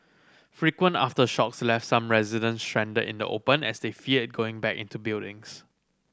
frequent aftershocks left some resident stranded in the open as they feared going back into buildings